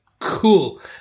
cool